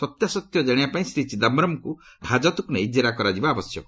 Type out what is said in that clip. ସତ୍ୟାସତ୍ୟ ଜାଣିବାପାଇଁ ଶ୍ରୀ ଚିଦାୟରମ୍ଙ୍କୁ ହାଜତକୁ ନେଇ ଜେରା କରାଯିବା ଆବଶ୍ୟକ